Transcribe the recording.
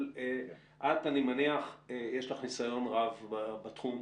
אני מניח שיש לך ניסיון רב בתחום.